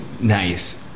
nice